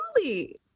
truly